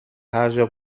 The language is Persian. هرجا